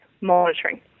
monitoring